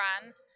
brands